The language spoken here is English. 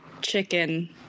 Chicken